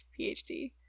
PhD